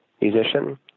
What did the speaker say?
musician